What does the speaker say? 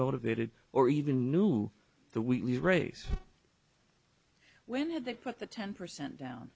motivated or even knew the weekly race when have they put the ten percent down